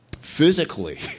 physically